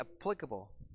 applicable